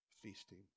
feasting